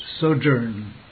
sojourn